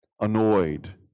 annoyed